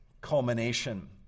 culmination